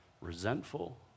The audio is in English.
resentful